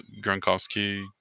Gronkowski